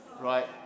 Right